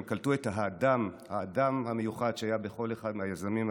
הם קלטו את האדם המיוחד שהיה בכל אחד מהיזמים האלה.